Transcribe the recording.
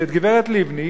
גברת לבני,